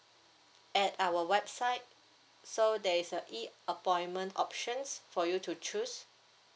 at our website so there is a e appointment options for you to choose